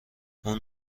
اون